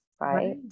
right